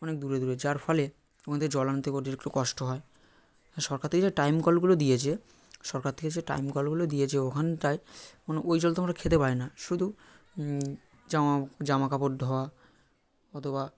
অনেক দূরে দূরে যার ফলে ওখান থেকে জল আনতে অতিরিক্ত কষ্ট হয় আর সরকার থেকে যে টাইম কলগুলো দিয়েছে সরকার থেকে যে টাইম কলগুলো দিয়েছে ওখানটায় মানে ওই জল তো আমরা খেতে পারি না শুধু জামা জামা কাপড় ধোয়া অথবা